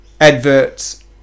adverts